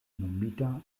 nomita